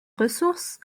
ressources